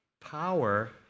power